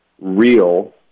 real